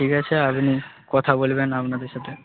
ঠিক আছে আপনি কথা বলবেন আপনাদের সাথে